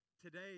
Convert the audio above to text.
Today